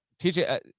TJ